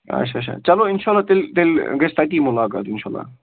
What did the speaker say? اچھا اچھا چلو اِنشاء اللہ تیٚلہِ تیٚلہِ گژھِ تَتی مُلاقات اِنشاء اللہ